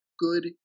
good